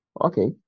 Okay